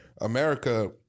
America